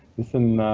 listen,